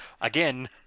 again